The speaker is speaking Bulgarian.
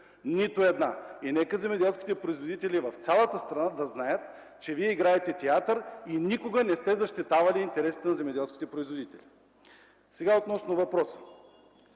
Нито една! Нека земеделските производители в цялата страна да знаят, че Вие играете театър и никога не сте защитавали интересите на земеделските производители. Сега относно въпроса.